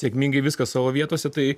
sėkmingai viskas savo vietose tai